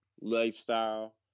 lifestyle